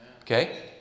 Okay